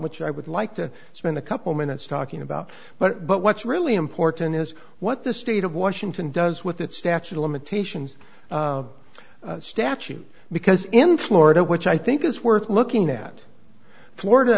which i would like to spend a couple minutes talking about but but what's really important is what the state of washington does with that statute of limitations statute because in florida which i think is worth looking at florida